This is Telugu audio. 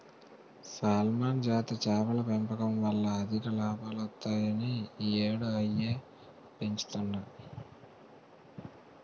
సాల్మన్ జాతి చేపల పెంపకం వల్ల అధిక లాభాలొత్తాయని ఈ యేడూ అయ్యే పెంచుతన్ను